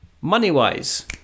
Money-wise